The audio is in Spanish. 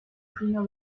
fino